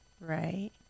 Right